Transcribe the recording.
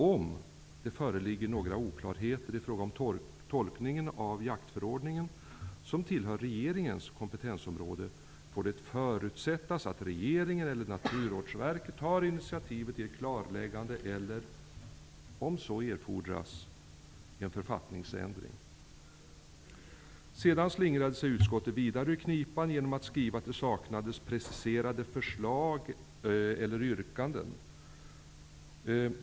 Om det föreligger några oklarheter i fråga om tolkningen av jaktförordningen -- som tillhör regeringens kompetensområde -- får det förutsättas att regeringen eller Naturvårdsverket tar initiativet till ett klarläggande eller, om så erfordras, en författningsändring.'' Sedan slingrade sig utskottet vidare ur knipan genom att skriva att det saknades preciserade förslag eller yrkanden.